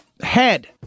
head